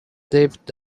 dipped